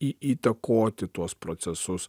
į įtakoti tuos procesus